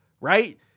right